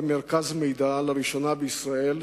לראשונה בישראל,